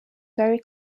very